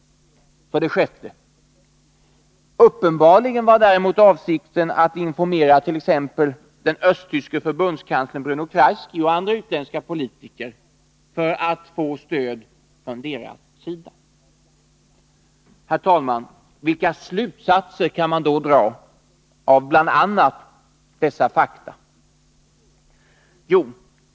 6. Uppenbarligen var däremot avsikten att informera t.ex. den österrikiske förbundskanslern Bruno Kreisky och andra utländska politiker för att få stöd från deras sida. Herr talman! Vilka slutsatser kan man då dra av bl.a. dessa fakta?